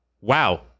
wow